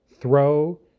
throw